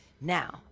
Now